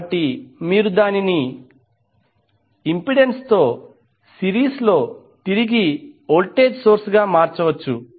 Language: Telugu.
కాబట్టి మీరు దానిని ఇంపెడెన్స్తో సిరీస్లో తిరిగి వోల్టేజ్ సోర్స్ గా మార్చవచ్చు